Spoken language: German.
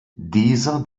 dieser